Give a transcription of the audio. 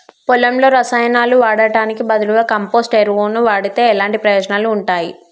పొలంలో రసాయనాలు వాడటానికి బదులుగా కంపోస్ట్ ఎరువును వాడితే ఎలాంటి ప్రయోజనాలు ఉంటాయి?